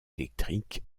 électrique